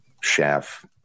chef